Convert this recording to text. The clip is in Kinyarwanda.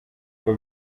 uko